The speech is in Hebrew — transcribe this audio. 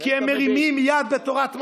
כי הם מרימים יד בתורת משה.